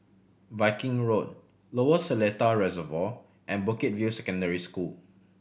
Viking Road Lower Seletar Reservoir and Bukit View Secondary School